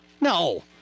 No